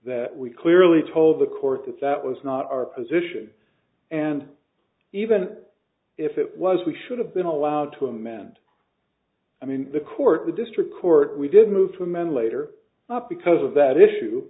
that we clearly told the court that that was not our position and even if it was we should have been allowed to amend i mean the court the district court we did move to amend later not because of that issue